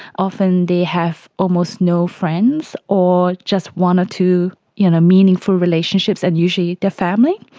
often they have almost no friends or just one or two you know meaningful relationships and usually the family.